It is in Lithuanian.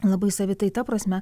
labai savitai ta prasme